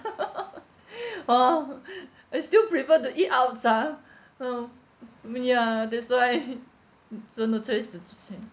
hor I still prefer to eat out ah um mm ya that's why so no choice to